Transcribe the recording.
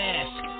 ask